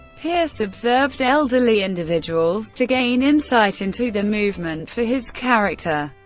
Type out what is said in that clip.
pearce observed elderly individuals to gain insight into the movement for his character,